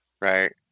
right